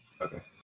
Okay